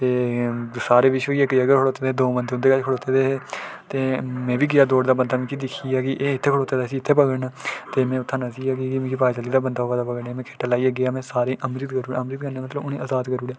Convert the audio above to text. ते सारे विश होइयै इक जगहा खड़ोते दे हे ते द'ऊं बंदे उं'दे कश खड़ोते दे हे ते में बी गेआ दौड़दा ते बंदा मिगी दिक्खी आ जी एह् इत्थें खड़ोतै दा इसी इत्थें पगड़ना ते में उत्थाुआं नस्सी गेआ की जे मिगी पता चली दा की मिगी बंदा पगड़ने आवा दा ऐ में गेआ खिट्ट लाइयै में उ'नेंगी अमृत करू ओड़ेआ अमृत करने दा मतलव उ'नेंगी आजाद करू ओड़ेआ